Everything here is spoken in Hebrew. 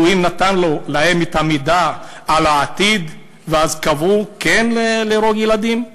אלוהים נתן להם את המידע על העתיד ואז קבעו: כן להרוג ילדים?